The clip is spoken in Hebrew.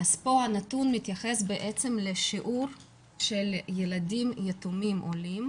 פה הנתון מתייחס לשיעור של ילדים יתומים עולים